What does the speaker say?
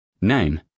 name